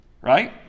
Right